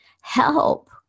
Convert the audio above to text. Help